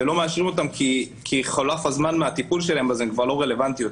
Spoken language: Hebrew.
לא מאשרים אותן כי חלף הזמן לטיפול בהן אז הן כבר לא רלוונטיות.